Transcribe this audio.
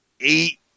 eight